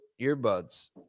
earbuds